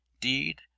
deed